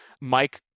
Mike